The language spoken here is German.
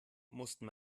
mussten